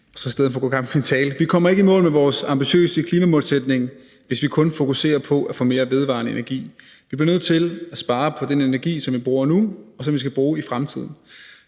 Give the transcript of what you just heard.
og i stedet for gå i gang med min tale. Vi kommer ikke i mål med vores ambitiøse klimamålsætning, hvis vi kun fokuserer på at få mere vedvarende energi. Vi bliver nødt til at spare på den energi, som vi bruger nu, og som vi skal bruge i fremtiden.